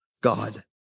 God